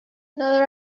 another